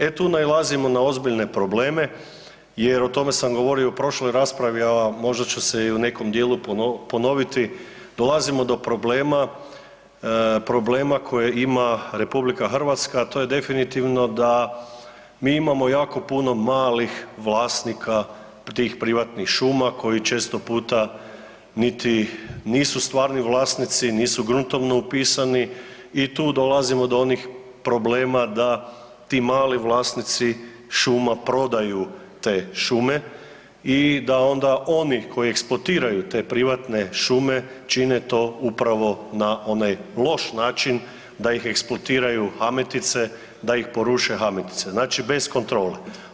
E tu nailazimo na ozbiljne probleme, jer o tome sam govorio u prošloj raspravi, a možda ću se u nekom dijelu i ponoviti dolazimo do problema, problema koje ima RH a to je definitivno da mi imamo jako puno malih vlasnika tih privatnih šuma koji često puta niti nisu stvarni vlasnici, nisu gruntovno upisani i tu dolazimo do onih problema da ti mali vlasnici šuma prodaju te šume i da onda oni koji eksploatiraju te šume čine to upravo na onaj loš način, da ih eksploatiraju hametice, da ih poruše hametice znači bez kontrole.